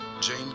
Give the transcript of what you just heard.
Jane